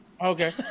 Okay